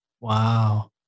Wow